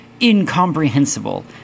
incomprehensible